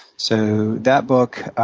so that book.